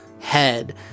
head